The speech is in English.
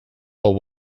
but